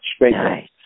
Nice